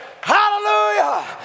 Hallelujah